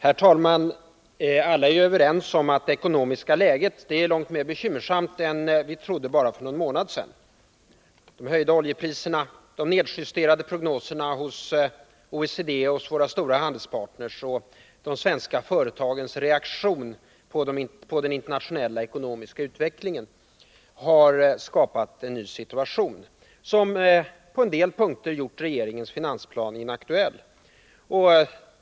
Fru talman! Alla är överens om att det ekonomiska läget är långt mer bekymmersamt än vi trodde bara för en månad sedan. De höjda oljepriserna, de nedjusterade prognoserna hos OECD och hos våra stora handelspartners och de svenska företagens reaktion på den internationella ekonomiska utvecklingen har skapat en ny situation, som på en del punkter gjort regeringens finansplan inaktuell.